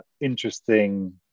interesting